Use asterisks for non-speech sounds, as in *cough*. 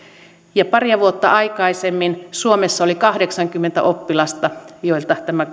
paria vuotta aikaisemmin suomessa oli kahdeksankymmentä oppilasta joilla tämä *unintelligible*